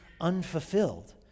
unfulfilled